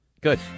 Good